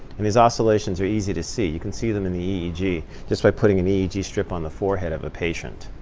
and these oscillations are easy to see. you can see them in the eeg just by putting an eeg strip on the forehead of a patient.